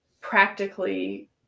practically